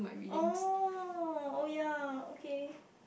oh oh ya okay